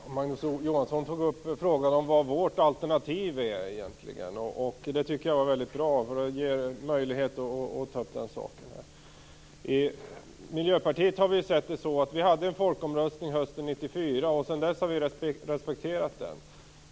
Herr talman! Magnus Johansson tog upp frågan om vad vårt alternativ egentligen är. Det tycker jag var väldigt bra, eftersom det ger mig möjlighet att ta upp detta. Vi hade en folkomröstning hösten 1994, och sedan dess har vi i Miljöpartiet respekterat den.